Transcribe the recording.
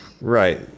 right